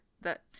that-